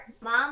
mom